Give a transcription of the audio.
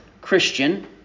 Christian